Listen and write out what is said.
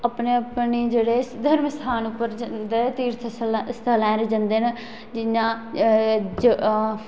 अपने अपने जेह्ड़े धर्म स्थान उप्पर जंदे तीर्थ स्थलें स्थलै'र जंदे न जियां